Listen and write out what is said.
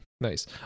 Nice